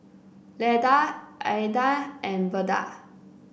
Leda Aedan and Verda